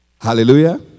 Hallelujah